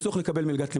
לצורך לקבל מלגת לימודים.